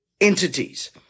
entities